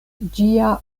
ĝia